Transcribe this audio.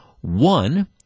One